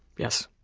yes.